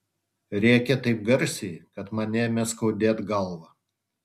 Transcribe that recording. rėkė taip garsiai kad man ėmė skaudėt galvą